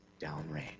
downrange